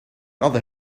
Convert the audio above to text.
other